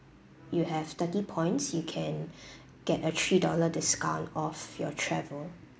you have thirty points you can get a three dollar discount off your travel